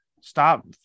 stop